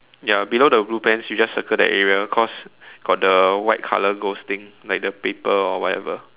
ya below the blue pants you just circle that area cause got the white color ghost thing like the paper or whatever